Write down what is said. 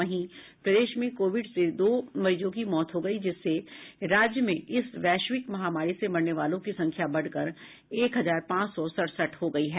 वहीं प्रदेश में कोविड से दो मरीजों की मौत हो गयी है जिससे राज्य में इस वैश्विक महामारी से मरने वालों की संख्या बढ़कर एक हजार पांच सौ सड़सठ हो गयी है